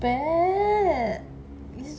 bad